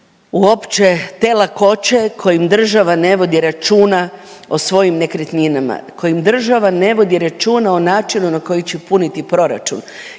uopće te lakoće kojim država ne vodi računa o svojim nekretnina, kojim država ne vodi računa o načinu na koji će puniti proračun.